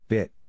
Bit